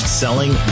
selling